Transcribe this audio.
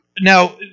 Now